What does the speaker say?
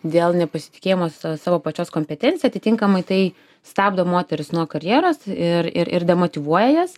dėl nepasitikėjimo savo pačios kompetencija atitinkamai tai stabdo moteris nuo karjeros ir ir ir demotyvuoja jas